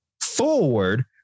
forward